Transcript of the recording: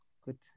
Good